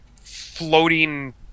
floating